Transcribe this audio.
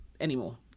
anymore